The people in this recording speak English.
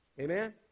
Amen